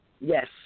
Yes